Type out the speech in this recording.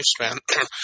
lifespan